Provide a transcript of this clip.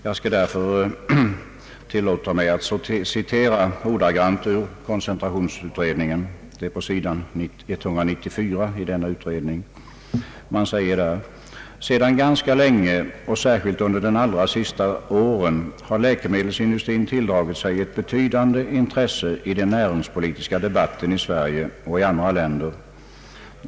Jag skall därför tillåta mig att citera ordagrant ur koncentrationsutredningens :betänkande: »Sedan ganska länge och särskilt under de allra senaste åren har läkemedelsindustrin tilldragit sig ett betydande intresse i den näringspolitiska debatten 1 Sverige och i andra länder.